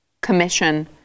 commission